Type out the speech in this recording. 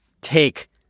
take